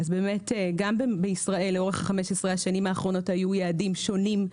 אז גם בישראל לאורך 15 השנים האחרונות היו יעדים שונים.